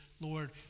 Lord